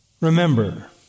remember